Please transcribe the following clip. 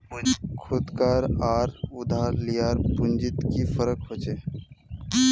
खुद कार आर उधार लियार पुंजित की फरक होचे?